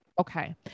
Okay